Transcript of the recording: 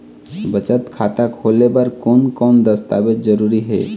बचत खाता खोले बर कोन कोन दस्तावेज जरूरी हे?